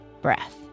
breath